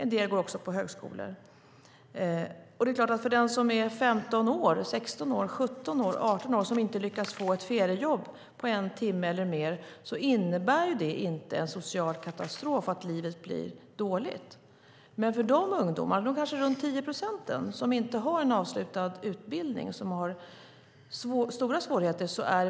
En del går också på högskolor. För den som är 15, 16, 17 eller 18 år och som inte lyckats få ett feriejobb på en timme eller mer innebär det inte en social katastrof och att livet blir dåligt. Vi ska sätta in de mesta resurserna för de ungdomar, kanske runt 10 procent, som inte har en avslutad utbildning och som har stora svårigheter.